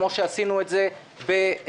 כפי שעשינו בסיעוד.